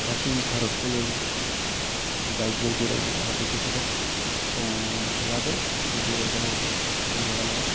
गासै भारतखौनो बाइक जों बेरायनो आंहाबो गोसो दं सम लागोन खिन्थु बेरायगोन आंबो बेराया नङा